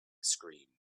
scream